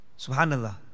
Subhanallah